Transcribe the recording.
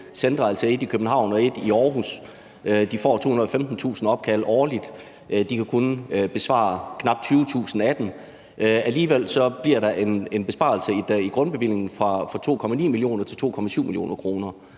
centre, altså et center i København og et i Aarhus. De får 215.000 opkald årligt, og de kan kun besvare knap 20.000 af dem. Alligevel bliver der en besparelse i grundbevillingen fra 2,9 mio. til 2,7 mio. kr.,